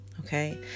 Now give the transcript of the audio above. Okay